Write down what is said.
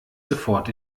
sofort